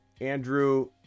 Andrew